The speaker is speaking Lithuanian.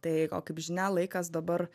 tai o kaip žinia laikas dabar